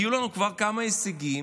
היו לנו כבר כמה הישגים,